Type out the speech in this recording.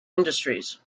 industries